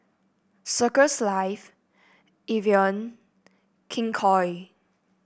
Circles Life Evian King Koil